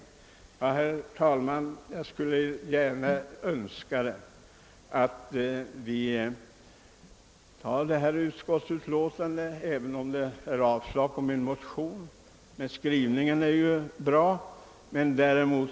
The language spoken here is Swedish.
Jag yrkar bifall till utskottets hemställan trots att det betyder avslag på min motion; utskottets skrivning är emellertid bra.